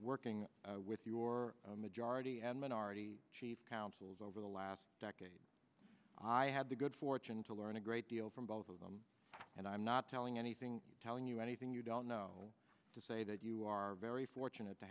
working with your majority and minority chief counsels over the last decade i had the good fortune to learn a great deal from both of them and i'm not telling anything telling you anything you don't know to say that you are very fortunate to